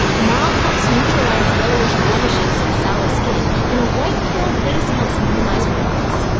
mauve helps neutralize yellowish blemishes and sallow skin, and a white pearled base helps minimize wrinkles.